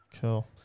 Cool